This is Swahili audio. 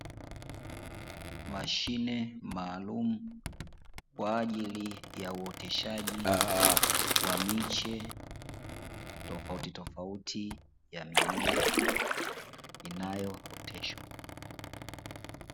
Mashine maalumu kwa ajili ya uoteshaji wa miche tofautitofauti ya mimea inayooteshwa.